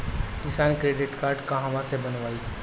किसान credit card कहवा से बनवाई?